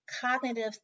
cognitive